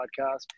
podcast